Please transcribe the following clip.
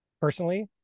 personally